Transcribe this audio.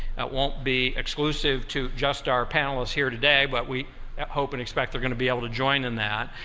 that won't be exclusive to just our panelists here today, but we hope and expect they're going to be able to join in that.